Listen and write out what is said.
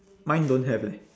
mine don't have leh